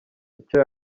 icyo